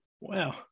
Wow